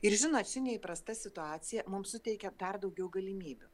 ir žinot ši neįprasta situacija mums suteikia dar daugiau galimybių